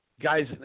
Guys